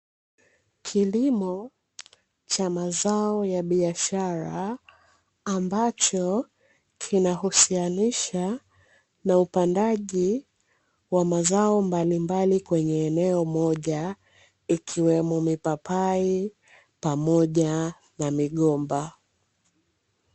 Kilimo cha mazao ya biashara, ambacho kinahusianisha na upandaji wa mazao mbalimbali kwenye eneo moja, ikiwemo mipapai pamoja na migomba.